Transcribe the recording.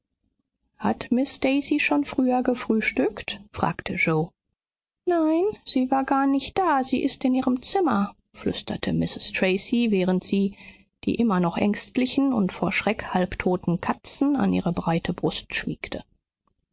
hat miß daisy schon früher gefrühstückt fragte yoe nein sie war gar nicht da sie ist in ihrem zimmer flüsterte mrs tracy während sie die immer noch ängstlichen und vor schreck halb toten katzen an ihre breite brust schmiegte